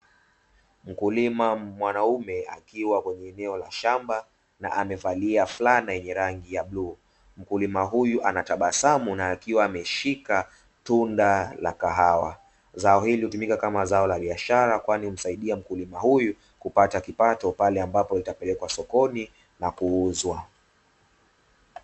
Mkulima mwanaume akiwa kwenye eneo la shamba na amevalia flana yenye rangi ya bluu, mkulima huyu anatabasamu na akiwa ameshika tunda la kahawa, zao hili hutumika kama zao la biashara kwani humsaidia mkulima huyu kupata kipato pale ambapo litapelekwa sokoni na kuuzwa.